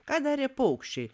ką darė paukščiai